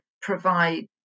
provide